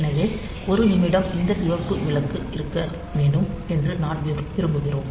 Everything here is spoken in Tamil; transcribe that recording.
எனவே 1 நிமிடம் இந்த சிவப்பு விளக்கு இருக்க வேண்டும் என்று நாம் விரும்புகிறோம்